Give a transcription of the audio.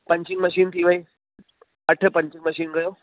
punching machine थी वई अठ पंचिंग मशीन कयो